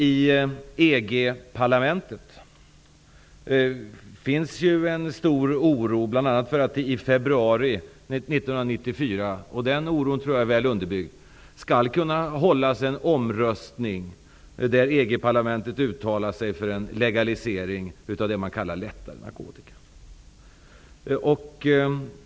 I EG-parlamentet finns det en stor oro som är väl underbyggd. I februari 1994 skall det hållas en omröstning om huruvida EG parlamentet skall uttala sig för en legalisering av det som man brukar kalla lätt narkotika.